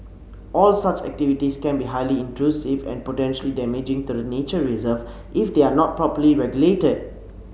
all such activities can be highly intrusive and potentially damaging to the nature reserves if they are not properly regulated